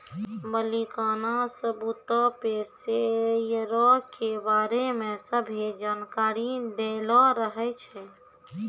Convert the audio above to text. मलिकाना सबूतो पे शेयरो के बारै मे सभ्भे जानकारी दैलो रहै छै